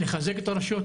לחזק את הרשויות,